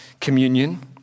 communion